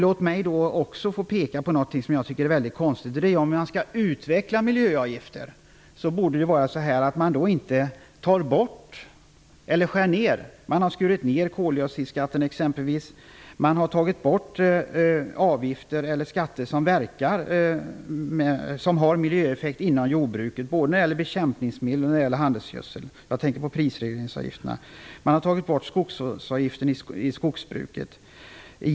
Låt mig då peka på något som jag tycker är mycket konstigt. Om man skall utveckla miljöavgifter borde man inte skära ned dessa så som skett. Man har exempelvis skurit ned koldioxidskatten och har tagit bort skatter som har miljöeffekt inom jordbruket, både på bekämpningsmedel och på handelsgödsel. Jag tänker här på prisregleringsavgifterna. Man har också tagit bort skogsvårdsavgiften i skogsbruket.